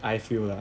I feel that